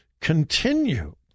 continue